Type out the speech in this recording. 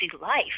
life